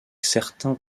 certains